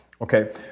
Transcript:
Okay